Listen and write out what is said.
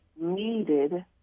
needed